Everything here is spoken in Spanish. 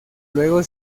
luego